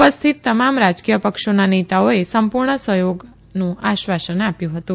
ઉપસ્થિત તમામ રાજકીય પક્ષોના નેતાઓએ સંપુર્ણ સહયોગનું આશ્વાસન આપ્યું હતું